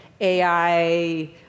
AI